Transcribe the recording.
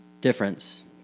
difference